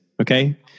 Okay